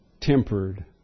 tempered